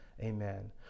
Amen